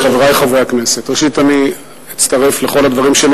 ד"ר נחמן שי, בבקשה, לרשותך שלוש דקות.